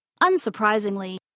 Unsurprisingly